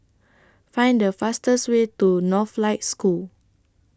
Find The fastest Way to Northlight School